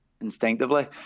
instinctively